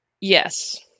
Yes